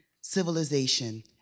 civilization